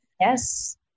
Yes